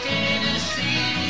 Tennessee